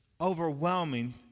overwhelming